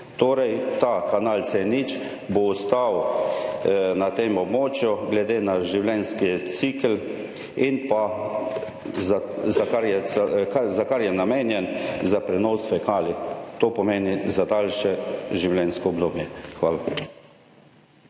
Torej ta kanal C0 bo ostal na tem območju glede na življenjski cikel in pa za kar je, za kar je namenjen, za prenos fekalij. To pomeni za daljše življenjsko obdobje. Hvala.